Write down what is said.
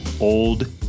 old